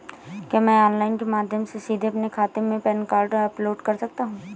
क्या मैं ऑनलाइन के माध्यम से सीधे अपने खाते में पैन कार्ड अपलोड कर सकता हूँ?